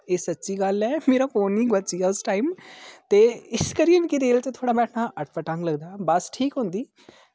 एह् सच्ची गल्ल ऐ मेरा फोन गै गोआची गेआ उस टाइम ते इस करी मिगी रेल च थोह्ड़ा बैठना अट पटांग लगदा बस ठीक होंदी